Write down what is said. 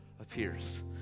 appears